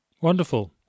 Wonderful